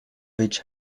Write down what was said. which